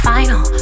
Final